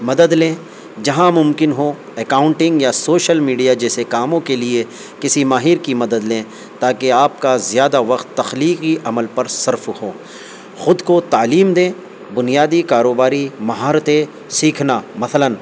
مدد لیں جہاں ممکن ہوں اکاؤنٹ نگ یا سوشل میڈیا جیسے کاموں کے لیے کسی ماہر کی مدد لیں تاکہ آپ کا زیادہ وقت تخلیقی عمل پر صرف ہوں خود کو تعلیم دیں بنیادی کاروباری مہارتیں سیکھنا مثلاً